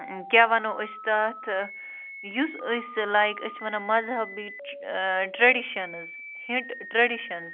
کیٛاہ وَنَو أسۍ تَتھ یُس أسۍ لایِق أسۍ چھِ وَنان مذہبی ٹریڈِشنٕز ہِٹ ٹریڈِشنٕز